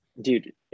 dude